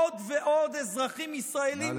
עוד ועוד אזרחים ישראלים, נא לסיים.